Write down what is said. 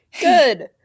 Good